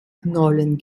knollen